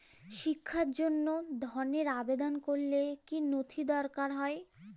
শিক্ষার জন্য ধনের আবেদন করলে কী নথি দরকার হয়?